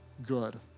good